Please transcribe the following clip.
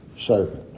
servant